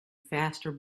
faster